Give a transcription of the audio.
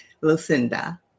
Lucinda